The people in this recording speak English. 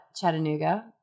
Chattanooga